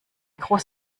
groß